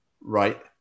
right